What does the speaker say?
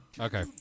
Okay